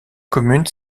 commune